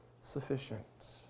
sufficient